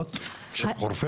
חצויות של חורפיש?